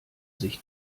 sich